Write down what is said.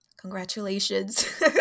congratulations